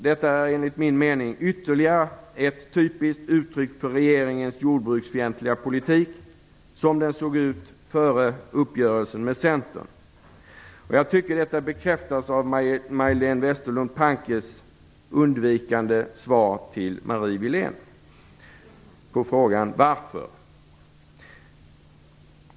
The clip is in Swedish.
Detta är enligt min mening ytterligare ett typiskt uttryck för regeringens jordbruksfientliga politik som den såg ut före uppgörelsen med Centern. Detta bekräftas också av Majléne Westerlund Pankes undvikande svar till Marie Wilén på frågan varför.